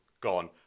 gone